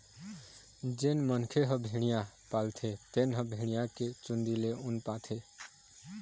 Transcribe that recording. जेन मनखे ह भेड़िया पालथे तेन ह भेड़िया के चूंदी ले ऊन पाथे